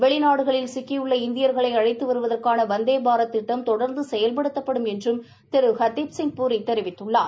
வெளிநாடுகளில் சிக்கியுள்ள இந்தியர்களை அழைத்து வருவதற்கான வந்தே பாரத் திட்டம் தொடர்ந்து செயல்படுத்தப்படும் என்றும் திரு ஹர்தீப்சிங் பூரி தெரிவித்துள்ளார்